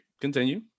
Continue